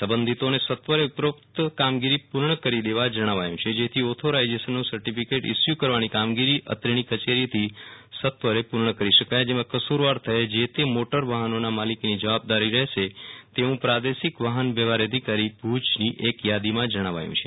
સબંધિતોને સત્વરે ઉપરોકત કામગીરી પૂર્ણ કરી દેવા જણાવાયું છેજેથી ઓથોરાઈઝેશનનું સર્ટિફિકેટ ઈશ્યુ કસ્વાની કામગીરી અત્રેની કચેરીએથી સત્વરે પૂ ર્ણ કરી શકાય જેમાં કસુરવાર થયે જે તે મોટર વાહનોના માલિકની જવાબદારી રહેશે તેવું પ્રાદેશિક વાહન વ્યવહાર અધિકારી ભુજ કચ્છ દ્વારા જણાવાયું છે